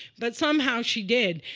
but somehow she did.